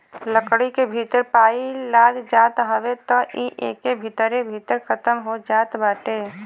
लकड़ी के भीतर पाई लाग जात हवे त इ एके भीतरे भीतर खतम हो जात बाटे